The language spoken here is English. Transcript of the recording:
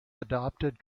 adopted